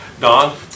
Don